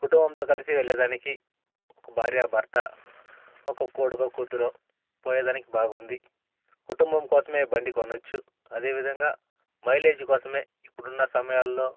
కుటుంబంతో కలిసి వెళ్లేదానికి ఒక భార్య భర్త ఒక కొడుకు కూతురు పోయేదానికి బాగుంది కుటుంబం కోసమే బండి కొనచ్చు అదేవిధంగా మైలేజ్ కోసమే ఇప్పుడున్న సమయాల్లో